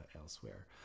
elsewhere